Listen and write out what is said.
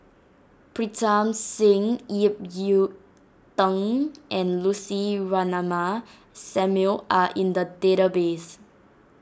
Pritam Singh Ip Yiu Tung and Lucy Ratnammah Samuel are in the database